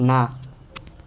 ના